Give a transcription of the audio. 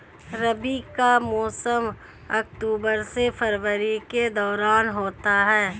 रबी का मौसम अक्टूबर से फरवरी के दौरान होता है